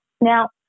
Now